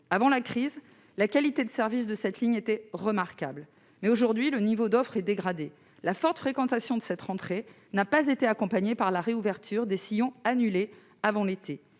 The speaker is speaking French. Avant la crise, la qualité de service de cette ligne était remarquable, mais, aujourd'hui, le niveau de l'offre est dégradé. La forte fréquentation de cette rentrée n'a pas été accompagnée par la réouverture des sillons annulés avant l'été.